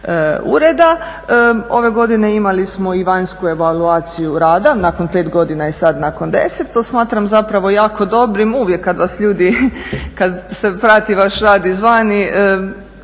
Ove godine imali smo i vanjsku evaluaciju rada, nakon pet godina i sad nakon 10. To smatram zapravo jako dobrim, uvijek kad vas ljudi, kad se prati vaš rad izvana